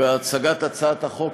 בהצגת הצעת החוק,